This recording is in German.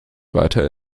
weiter